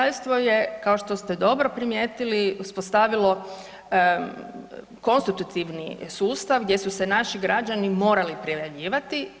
UK je, kao što ste dobro primijetili, uspostavilo konstitutivni sustav, gdje su se naši građani morali prijavljivati.